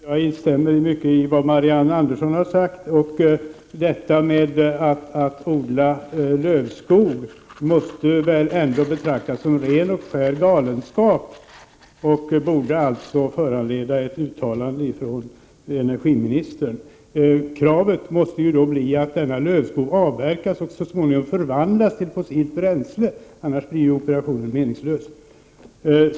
Herr talman! Jag instämmer i mycket av det Marianne Andersson har sagt. Att på detta sätt odla lövskog måste väl ändå betraktas som ren och skär galenskap. Det borde följaktligen föranleda ett uttalande från energiministern. Denna lövskog måste ju avverkas och så småningom förvandlas till fossilt bränsle, annars är operationen meningslös.